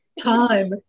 time